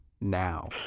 now